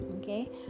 okay